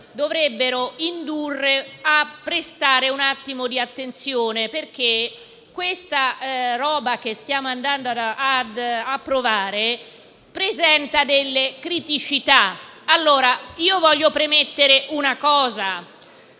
dovrebbe indurre a prestare un attimo di attenzione. Questo provvedimento che stiamo andando ad approvare presenta delle criticità. Io voglio premettere una cosa.